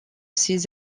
ces